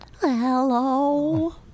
Hello